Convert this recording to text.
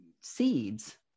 seeds